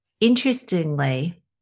interestingly